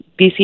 BC